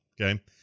Okay